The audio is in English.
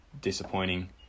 Disappointing